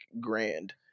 grand